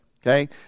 Okay